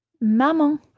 maman